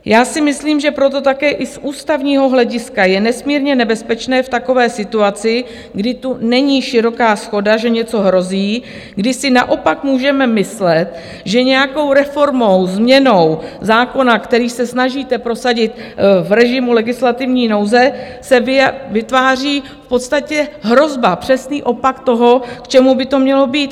Já si myslím, že proto také i z ústavního hlediska je nesmírně nebezpečné v takové situaci, kdy tu není široká shoda, že něco hrozí, kdy si naopak můžeme myslet, že nějakou reformou, změnou zákona, který se snažíte prosadit v režimu legislativní nouze, se vytváří v podstatě hrozba, přesný opak toho, k čemu by to mělo být.